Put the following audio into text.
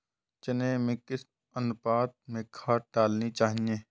चने में किस अनुपात में खाद डालनी चाहिए?